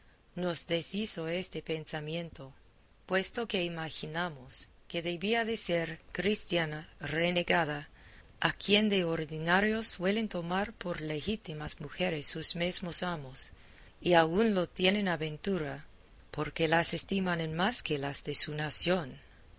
nos deshizo este pensamiento puesto que imaginamos que debía de ser cristiana renegada a quien de ordinario suelen tomar por legítimas mujeres sus mesmos amos y aun lo tienen a ventura porque las estiman en más que las de su nación